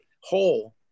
whole